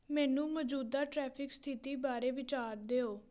ਮੈਨੂੰ ਮੌਜੂਦਾ ਟ੍ਰੈਫਿਕ ਸਥਿੱਤੀ ਬਾਰੇ ਵਿਚਾਰ ਦਿਓ